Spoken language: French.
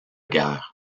guerre